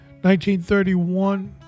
1931